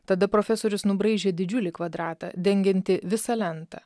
tada profesorius nubraižė didžiulį kvadratą dengiantį visą lentą